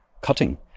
cutting